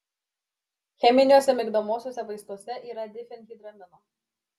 cheminiuose migdomuosiuose vaistuose yra difenhidramino